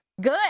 Good